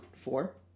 Four